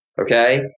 okay